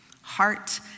heart